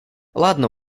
ладно